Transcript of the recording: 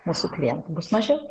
mūsų klientų bus mažiau